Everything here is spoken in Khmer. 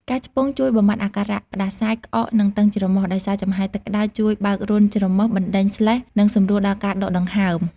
ការឆ្ពង់ជួយបំបាត់អាការៈផ្តាសាយ ក្អក និងតឹងច្រមុះ ដោយសារចំហាយទឹកក្តៅជួយបើករន្ធច្រមុះ បណ្តេញស្លេស្ម និងសម្រួលដល់ការដកដង្ហើម។